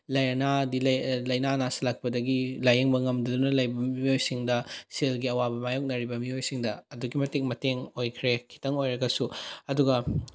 ꯂꯩꯅꯥ ꯅꯥꯁꯜꯂꯛꯄꯗꯒꯤ ꯂꯥꯏꯌꯦꯡꯕ ꯉꯝꯗꯗꯅ ꯂꯩꯕ ꯃꯤꯑꯣꯏꯁꯤꯡꯗ ꯁꯦꯜꯒꯤ ꯑꯋꯥꯕ ꯃꯥꯏꯌꯣꯛꯅꯔꯤꯕ ꯃꯤꯑꯣꯏꯁꯤꯡꯗ ꯑꯗꯨꯛꯀꯤ ꯃꯇꯤꯛ ꯃꯇꯦꯡ ꯑꯣꯏꯈ꯭ꯔꯦ ꯈꯤꯇꯪ ꯑꯣꯏꯔꯒꯁꯨ ꯑꯗꯨꯒ